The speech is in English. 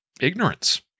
ignorance